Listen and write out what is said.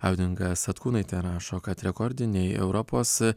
audinga satkūnaitė rašo kad rekordiniai europos